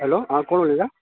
hello हां कोण उलयतात